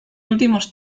últimos